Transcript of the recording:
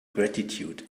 gratitude